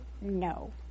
No